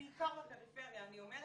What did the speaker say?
-- בעיקר בפריפריה אני אומרת,